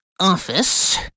office